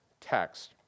text